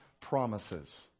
promises